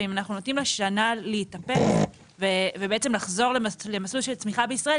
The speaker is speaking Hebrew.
ואם אנחנו נותנים לה שנה להתאפס ובעצם לחזור למסלול של צמיחה בישראל,